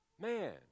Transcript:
Man